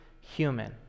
human